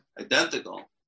identical